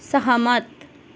सहमत